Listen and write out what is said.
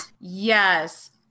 Yes